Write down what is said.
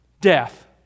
Death